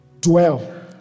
dwell